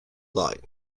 like